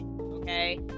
Okay